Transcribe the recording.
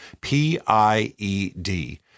P-I-E-D